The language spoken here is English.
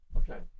okay